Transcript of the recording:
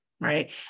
Right